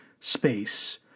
space